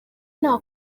nta